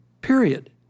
Period